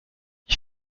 ich